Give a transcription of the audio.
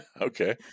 okay